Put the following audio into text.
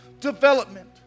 development